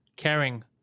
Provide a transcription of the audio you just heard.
caring